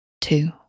two